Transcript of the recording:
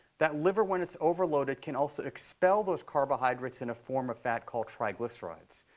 that liver, when it's overloaded, can also expel those carbohydrates in a form of fat called triglycerides.